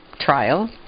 trial